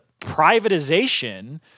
privatization